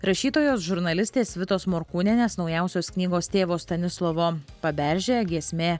rašytojos žurnalistės vitos morkūnienės naujausios knygos tėvo stanislovo paberžė giesmė